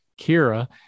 Kira